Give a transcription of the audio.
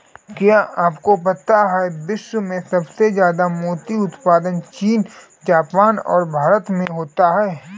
क्या आपको पता है विश्व में सबसे ज्यादा मोती उत्पादन चीन, जापान और भारत में होता है?